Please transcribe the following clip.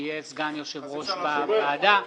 שיהיה סגן יושב-ראש בוועדה,